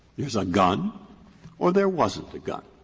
there's a gun or there wasn't a gun.